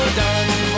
done